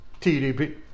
TDP